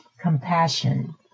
compassion